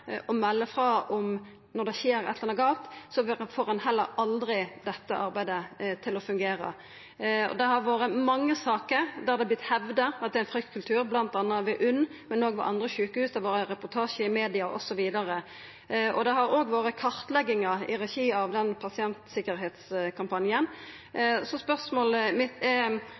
frå når det skjer noko gale, får ein heller aldri dette arbeidet til å fungera. I mange saker har det vorte hevda at det er ein fryktkultur, bl.a. ved UNN, men òg ved andre sjukehus. Det har vore reportasjar i media osv. Det har òg vore kartleggingar i regi av pasientsikkerheitskampanjen. Spørsmåla mine er: Vil statsråden ta dette opp særskilt i den